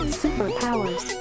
superpowers